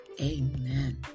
amen